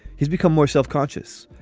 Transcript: he's become more self-conscious.